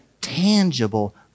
tangible